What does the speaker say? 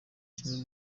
kimwe